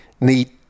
need